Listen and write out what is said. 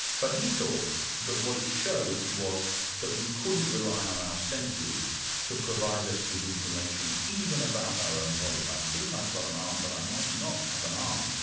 but he thought that what it showed was that we couldn't rely on our senses to provide us with information, even about our own bodies. i think i've got an arm, but i might not have an arm',